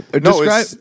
No